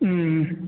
ம் ம்